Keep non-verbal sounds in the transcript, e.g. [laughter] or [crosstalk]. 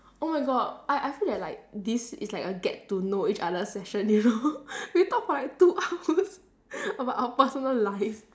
oh my god I I feel that like this is like a get to know each other session you know [laughs] we talk for like two hours [laughs] about our personal life